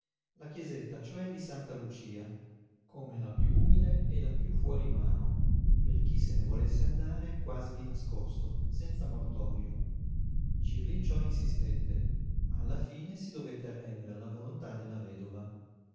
la chiesetta cioè di santa lucia come la piú umile e la piú fuorimano per chi se ne volesse andare quasi di nascosto senza mortorio cirlinciò insistette ma alla fine si dovette arrendere alla volontà della vedova